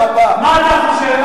מה אתה חושב?